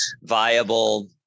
viable